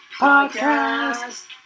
Podcast